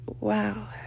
wow